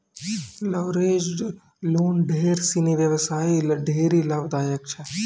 leveraged loan ढेर सिनी व्यवसायी ल ढेरी लाभदायक छै